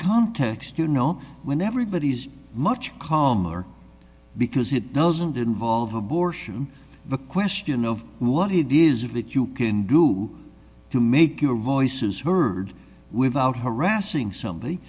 context you know when everybody's much calmer because it doesn't involve abortion the question of what it is of it you can do to make your voices heard without harassing somebody